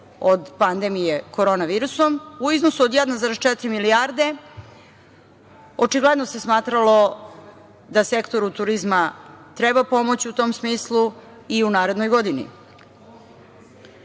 od pandemije korona virusom u iznosu od 1,4 milijarde, očigledno se smatralo da sektoru turizma treba pomoć u tom smislu i u narednoj godini. Kod